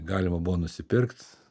galima buvo nusipirkt